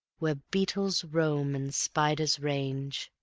where beetles roam and spiders range.